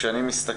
מכללת סכנין,